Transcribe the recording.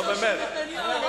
מסתבר שלא רק לו נמאס,